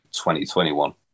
2021